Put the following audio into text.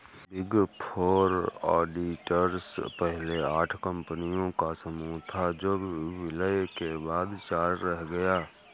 big four auditors पहले आठ कंपनियों का समूह था जो विलय के बाद चार रह गया